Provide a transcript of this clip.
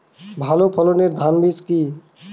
ভালো ফলনের ধান বীজ কি?